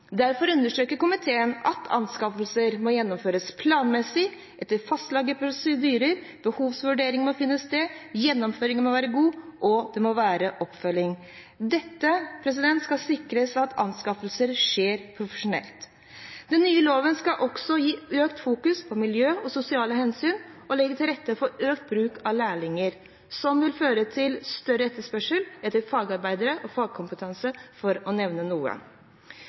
Derfor understreker komiteen at anskaffelser må gjennomføres planmessig og etter fastlagte prosedyrer. Behovsvurdering må finne sted, gjennomføringen må være god, og det må være oppfølging. Dette skal sikre at anskaffelser skjer profesjonelt. Den nye loven skal også gi økt fokus på miljøhensyn og sosiale hensyn og legge til rette for økt bruk av lærlinger, som vil føre til større etterspørsel etter fagarbeidere og fagkompetanse, for å nevne noe.